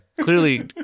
clearly